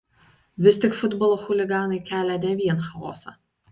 vis tik futbolo chuliganai kelia ne vien chaosą